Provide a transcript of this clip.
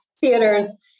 theaters